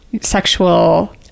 sexual